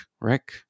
Rick